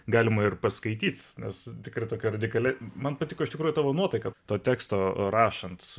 galima ir paskaityt nes tikrai tokia radikali man patiko iš tikrųjų tavo nuotaika to teksto rašant